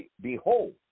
behold